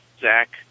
Zach